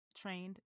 trained